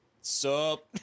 Sup